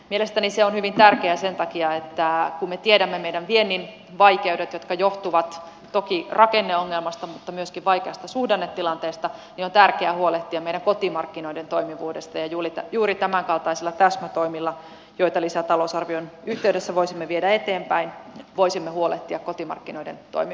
mielestäni se on hyvin tärkeää sen takia että kun me tiedämme meidän viennin vaikeudet jotka johtuvat toki rakenneongelmasta mutta myöskin vaikeasta suhdannetilanteesta niin on tärkeää huolehtia meidän kotimarkkinoiden toimivuudesta ja juuri tämänkaltaisilla täsmätoimilla joita lisätalousarvion yhteydessä voisimme viedä eteenpäin voisimme huolehtia kotimarkkinoiden toimivuudesta